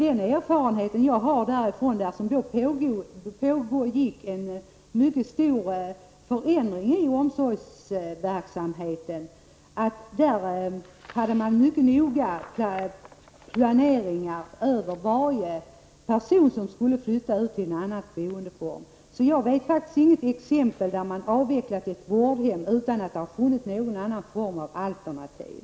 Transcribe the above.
Den erfarenhet jag har är att det där pågick en mycket stor förändring i omsorgsverksamheten. Man gjorde mycket noggranna planeringar över varje person som skulle flytta ut till en annan boendeform. Jag har faktiskt inget exempel på att man har avvecklat ett vårdhem utan att det har funnits någon annan form av alternativ.